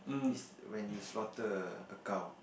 is when you slaughter a cow